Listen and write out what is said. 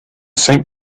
saint